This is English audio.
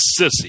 sissy